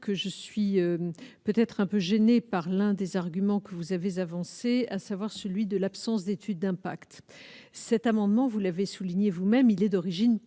que je suis peut-être un peu gênée par l'un des arguments que vous avez avancés, à savoir celui de l'absence d'étude d'impact, cet amendement, vous l'avez souligné vous-même, il est d'origine parlementaire,